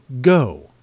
go